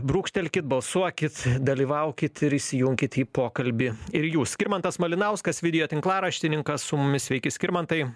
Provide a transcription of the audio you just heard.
brūkštelkit balsuokit dalyvaukit ir įsijunkit į pokalbį ir jūs skirmantas malinauskas videotinklaraštininkas su mumis sveiki skirmantai